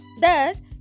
Thus